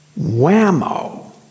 whammo